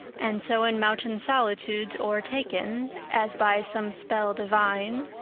and so in mountain solitudes o'ertaken as by some spell divine,